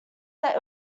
that